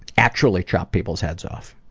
actually chop people's heads off.